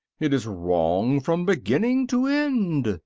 it is wrong from beginning to end,